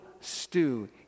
stew